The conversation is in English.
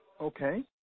Okay